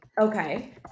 Okay